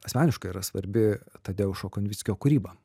asmeniškai yra svarbi tadeušo konvickio kūryba